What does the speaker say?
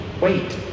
wait